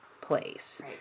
place